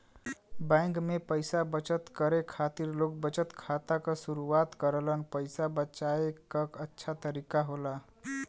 bank में पइसा बचत करे खातिर लोग बचत खाता क शुरआत करलन पइसा बचाये क अच्छा तरीका होला